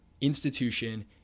institution